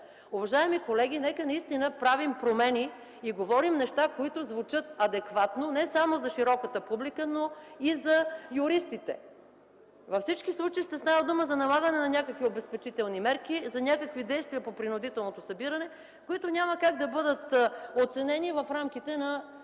Уважаеми колеги, нека наистина да правим промени и да говорим неща, които звучат адекватно не само за широката публика, но и за юристите. Във всички случаи ще става дума за налагане на някакви обезпечителни мерки, за някакви действия по принудителното събиране, които няма как да бъдат оценени в рамките на 30 лв.